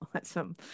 Awesome